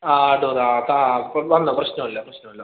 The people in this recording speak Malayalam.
ആ അത് അപ്പോൾ അപ്പം വന്നോ പ്രശ്നം ഇല്ല പ്രശ്നം ഇല്ല